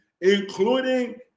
including